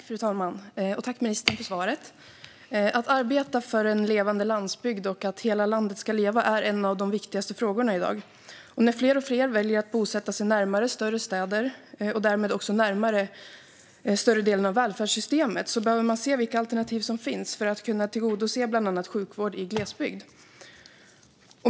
Fru talman! Tack, ministern, för svaret! Att arbeta för en levande landsbygd och för att hela landet ska leva är en av de viktigaste frågorna i dag. När fler och fler väljer att bosätta sig närmare större städer och därmed också närmare större delen av välfärdssystemet behöver man se vilka alternativ som finns för att kunna tillgodose bland annat sjukvård i glesbygd.